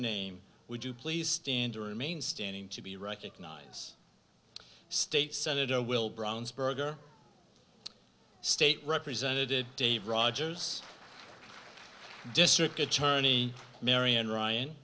name would you please stand to remain standing to be recognize state senator will brownsburg or state representative dave rogers district attorney marian ryan